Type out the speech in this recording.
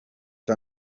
ste